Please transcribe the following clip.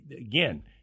again